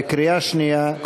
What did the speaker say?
בקריאה שנייה,